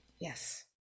Yes